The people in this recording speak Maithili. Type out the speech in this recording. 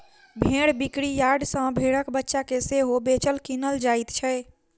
भेंड़ बिक्री यार्ड सॅ भेंड़क बच्चा के सेहो बेचल, किनल जाइत छै